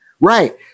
Right